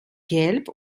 gelb